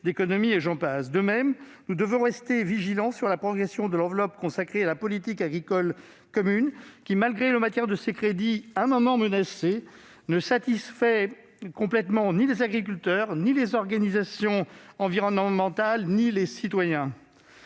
De même, nous devons rester vigilants sur la progression de l'enveloppe consacrée à la politique agricole commune, qui, malgré le maintien de ses crédits, un moment menacés, ne satisfait complètement ni les agriculteurs, ni les organisations environnementales, ni les citoyens.